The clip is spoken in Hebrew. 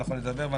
נדבר,